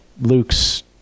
Luke's